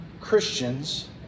Christians